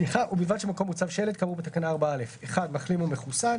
ובלבד שבמקום הוצב שלט כאמור בתקנה 4(א): מחלים או מחוסן,